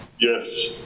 Yes